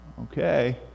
Okay